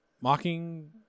mocking